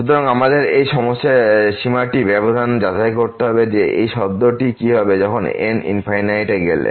সুতরাং আমাদের এই সীমাটি সাবধানে যাচাই করতে হবে যে এই শব্দটির কী হবে n এ গেলে